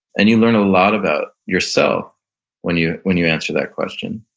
and you learn a lot about yourself when you when you answer that question.